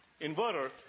inverter